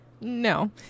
no